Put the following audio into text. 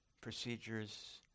procedures